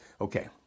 Okay